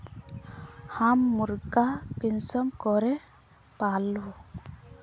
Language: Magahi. हम मुर्गा कुंसम करे पालव?